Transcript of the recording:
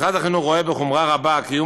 משרד החינוך רואה בחומרה רבה קיום